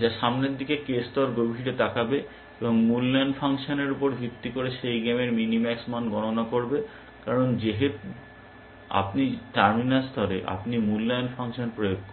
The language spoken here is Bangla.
যা সামনের দিকে k স্তর গভীরে তাকাবে এবং মূল্যায়ন ফাংশনের উপর ভিত্তি করে সেই গেমের মিনিম্যাক্স মান গণনা করবে কারণ আপনি টার্মিনাল স্তরে আপনি মূল্যায়ন ফাংশন প্রয়োগ করেছেন